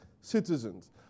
citizens